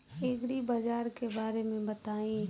एग्रीबाजार के बारे में बताई?